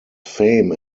fame